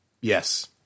Yes